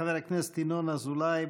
חבר הכנסת ינון אזולאי,